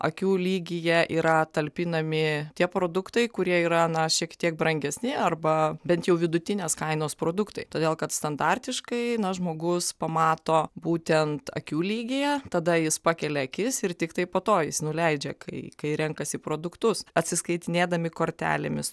akių lygyje yra talpinami tie produktai kurie yra na šiek tiek brangesni arba bent jau vidutinės kainos produktai todėl kad standartiškai na žmogus pamato būtent akių lygyje tada jis pakelia akis ir tiktai po to jis nuleidžia kai kai renkasi produktus atsiskaitinėdami kortelėmis